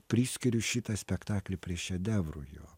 priskiriu šitą spektaklį prie šedevro jo